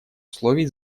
условий